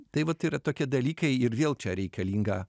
tai vat yra tokie dalykai ir vėl čia reikalinga